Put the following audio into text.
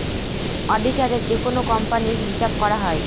অডিটারে যেকোনো কোম্পানির হিসাব করা হয়